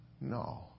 No